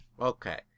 okay